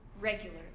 Regularly